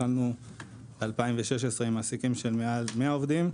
התחלנו ב-2016 עם מעסיקים של מעל 100 עובדים.